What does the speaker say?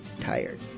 tired